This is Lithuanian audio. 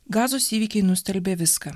gazos įvykiai nustelbė viską